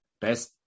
best